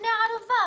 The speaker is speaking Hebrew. כבני ערובה.